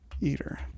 eater